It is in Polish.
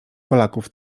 polaków